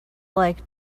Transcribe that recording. like